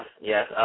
yes